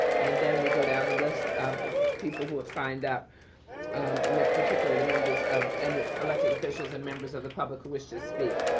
and then we go down the list of the people who have signed up and that particularly the members of any elected officials and members of the public who wish to speak.